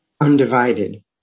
undivided